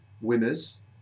winners